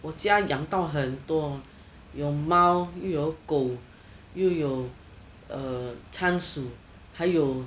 我家养到很多有猫又有狗又有 uh 仓鼠